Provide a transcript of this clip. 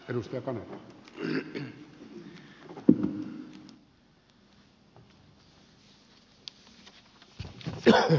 arvoisa herra puhemies